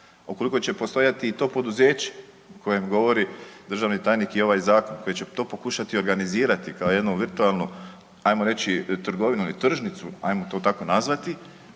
Ukoliko će postojati i to poduzeće o kojem govori državni tajnik i ovaj zakon, koje će to pokušati organizirati kao jednu virtualnu ajmo reći trgovinu ili tržnicu, ajmo to tako nazvati,